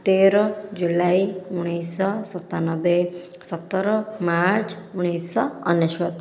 ତେର ଜୁଲାଇ ଉଣେଇଶହ ସତାନବେ ସତର ମାର୍ଚ୍ଚ ଉଣେଇଶହ ଅନେଶତ